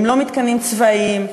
הם לא מתקנים צבאיים,